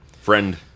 friend